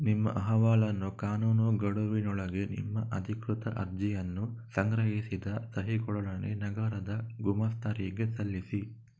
ನಿಮ್ಮ ಅಹವಾಲನ್ನು ಕಾನೂನು ಗಡುವಿನೊಳಗೆ ನಿಮ್ಮ ಅಧಿಕೃತ ಅರ್ಜಿಯನ್ನು ಸಂಗ್ರಹಿಸಿದ ಸಹಿಗಳೊಡನೆ ನಗರದ ಗುಮಾಸ್ತರಿಗೆ ಸಲ್ಲಿಸಿ